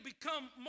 become